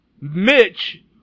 Mitch